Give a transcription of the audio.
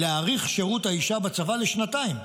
להאריך שירות האישה בצבא לשנתיים,